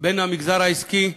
בין המגזר העסקי,